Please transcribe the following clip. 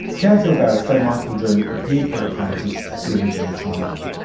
townsville barrister michael drew appeared for the plaintiffs at the original trial.